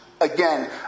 Again